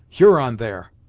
huron there.